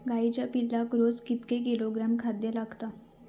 गाईच्या पिल्लाक रोज कितके किलोग्रॅम खाद्य लागता?